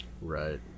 Right